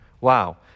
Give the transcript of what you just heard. Wow